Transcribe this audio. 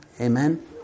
Amen